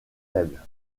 faibles